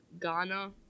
Ghana